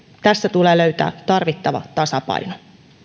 tässä tulee löytää tarvittava tasapaino